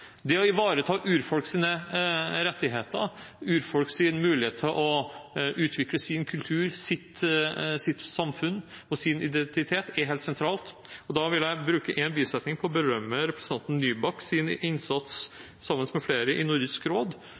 Det å ivareta urfolks rettigheter, urfolks mulighet til å utvikle sin kultur, sitt samfunn og sin identitet, er helt sentralt. Da vil jeg bruke én bisetning på å berømme innsatsen til representanten Nybakk, sammen med flere, i Nordisk råd